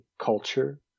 culture